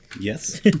Yes